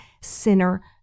sinner